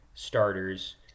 Starters